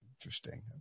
Interesting